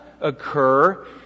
occur